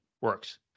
works